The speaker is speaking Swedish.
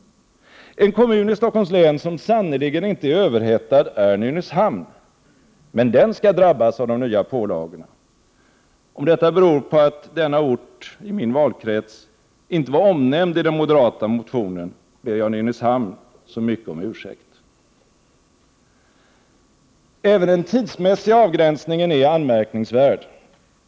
En kommun i Stockholms län som sannerligen inte är överhettad är Nynäshamn, men den skall drabbas av de nya pålagorna. Om detta beror på att denna ort i min valkrets inte var omnämnd i den moderata motionen, ber jag Nynäshamn så mycket om ursäkt. Även den tidsmässiga avgränsningen är anmärkningsvärd.